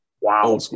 wow